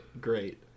great